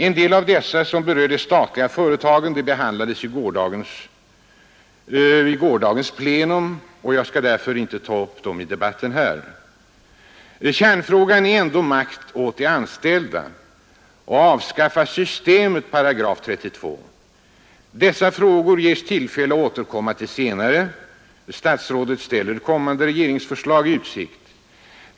En del av dessa, som berör de statliga företagen, behandlades vid gårdagens 61 plenum, och jag skall därför inte ta upp dem i denna debatt. Kärnfrågan är ändå makt åt de anställda och avskaffande av systemet § 32. Det ges senare tillfälle att återkomma till denna fråga; statsrådet ställer kommande regeringsförslag i utsikt.